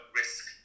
risk